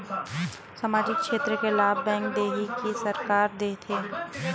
सामाजिक क्षेत्र के लाभ बैंक देही कि सरकार देथे?